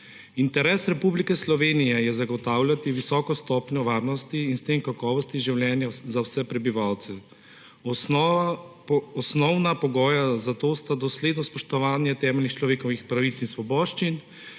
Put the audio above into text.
Interes Republike Slovenije je zagotavljati visoko stopnjo varnosti in s tem kakovosti življenja za vse prebivalce. Osnovna pogoja za to sta dosledno spoštovanje temeljnih človekovih pravic in svoboščin